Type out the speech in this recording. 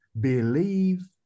Believe